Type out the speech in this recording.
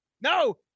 No